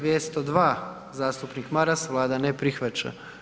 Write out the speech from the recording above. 202. zastupnik Maras, Vlada ne prihvaća.